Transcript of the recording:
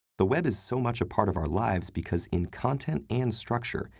the web is so much a part of our lives because in content and structure,